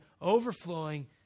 overflowing